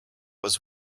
was